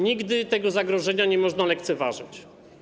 Nigdy tego zagrożenia nie można lekceważyć.